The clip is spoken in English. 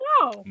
No